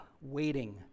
waiting